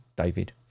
David